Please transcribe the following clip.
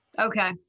Okay